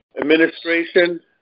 administration